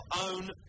own